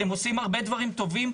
אתם עושים הרבה דברים טובים.